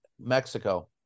Mexico